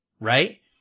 right